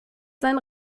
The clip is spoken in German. sein